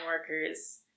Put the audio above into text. workers